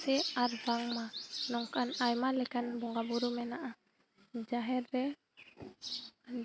ᱥᱮ ᱟᱨ ᱵᱟᱝᱢᱟ ᱱᱚᱝᱠᱟᱱ ᱟᱭᱢᱟ ᱞᱮᱠᱟᱱ ᱵᱚᱸᱜᱟ ᱵᱳᱨᱳ ᱢᱮᱱᱟᱜᱼᱟ ᱡᱟᱦᱮᱨ ᱨᱮ ᱡᱟᱦᱮᱨ